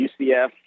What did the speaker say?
UCF